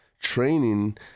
training